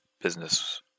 business